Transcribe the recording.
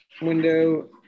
window